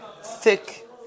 thick